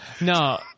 No